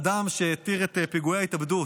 אדם שהתיר את פיגועי ההתאבדות,